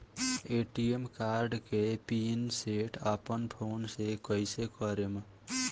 ATM card के pin set अपना phone से कइसे करेम?